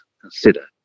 consider